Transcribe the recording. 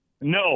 No